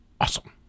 awesome